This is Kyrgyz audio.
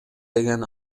деген